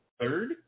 third